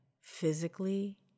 physically